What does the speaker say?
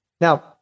Now